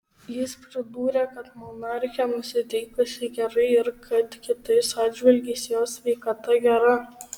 jis pridūrė kad monarchė nusiteikusi gerai ir kad kitais atžvilgiais jos sveikata gera